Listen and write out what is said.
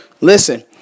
Listen